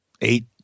eight